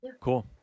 cool